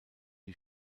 die